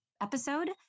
episode